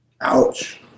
Ouch